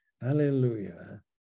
hallelujah